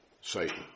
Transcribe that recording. Satan